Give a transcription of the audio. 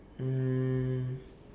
um